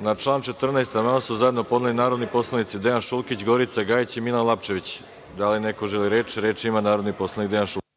Na član 14. amandman su zajedno podneli narodni poslanici Dejan Šulkić, Gorica Gajić i Milan Lapčević. Da li neko želi reč? (Da.)Reč ima narodni poslanik Dejan Šulkić.